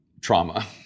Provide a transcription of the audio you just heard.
trauma